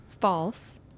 false